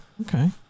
okay